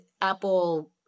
Apple